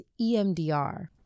EMDR